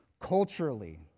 Culturally